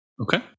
Okay